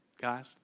guys